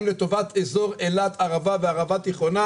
לטובת אזור אילת-ערבה וערבה תיכונה,